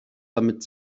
damit